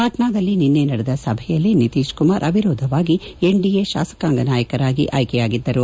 ಪಾಟ್ನಾದಲ್ಲಿ ನಿನ್ನೆ ನಡೆದ ಸಭೆಯಲ್ಲಿ ನಿತೀಶ್ಕುಮಾರ್ ಅವಿರೋಧವಾಗಿ ಎನ್ಡಿಎ ಶಾಸಕಾಂಗ ನಾಯಕರಾಗಿ ಆಯ್ಲೆಯಾಗಿದ್ದರು